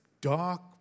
dark